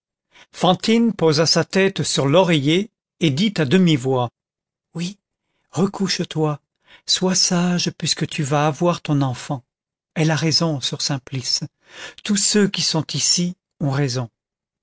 fantine posa sa tête sur l'oreiller et dit à demi-voix oui recouche toi sois sage puisque tu vas avoir ton enfant elle a raison soeur simplice tous ceux qui sont ici ont raison